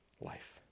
life